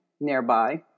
nearby